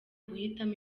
guhitamo